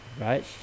right